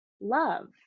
love